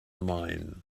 mine